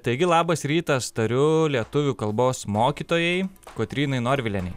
taigi labas rytas tariu lietuvių kalbos mokytojai kotrynai norvilienei